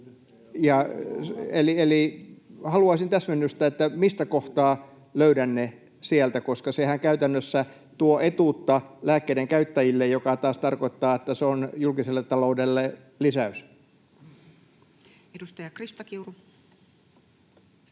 Eli haluaisin täsmennystä, mistä kohtaa löydän ne sieltä, koska sehän käytännössä tuo etuutta lääkkeiden käyttäjille, mikä taas tarkoittaa, että se on julkiselle taloudelle lisäys. Edustaja Krista Kiuru.